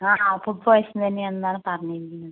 ആ ആ food poison തന്നെ ആണെന്നാണ് പറഞ്ഞിരിക്കുന്നത്